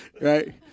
right